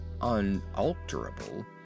unalterable